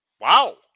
Wow